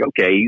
okay